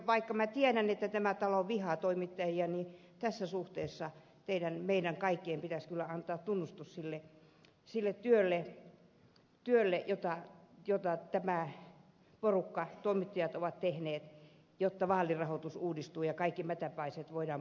vaikka tiedän että tämä talo vihaa toimittajia niin tässä suhteessa meidän kaikkien pitäisi kyllä antaa tunnustus sille työlle jota tämä porukka toimittajat ovat tehneet jotta vaalirahoitus uudistuu ja kaikki mätäpaiseet voidaan puhkaista